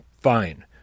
fine